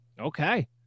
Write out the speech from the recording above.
Okay